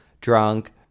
drunk